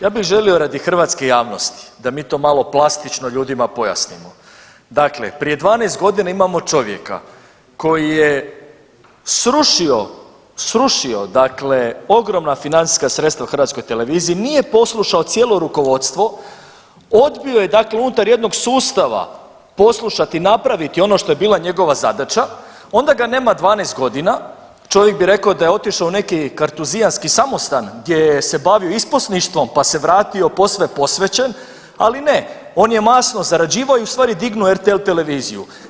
Ja bih želio radi hrvatske javnosti da mi to malo plastično ljudima pojasnimo, dakle, prije 12 godina imamo čovjeka koji je srušio, srušio dakle ogromna financijska sredstva Hrvatskoj televiziji, nije poslušao cijelo rukovodstvo, odbio je dakle unutar jednog sustava, poslušati, napraviti ono što je bila njegova zadaća, onda ga nema 12 godina, čovjek bi rekao da je otišao u neki kartuzijanski samostan gdje se bavio isposništvom se vratio posve posvećen, ali ne, on je masno zarađivao i ustvari dignuo RTL televiziju.